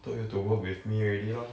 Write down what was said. told you to work with me already lor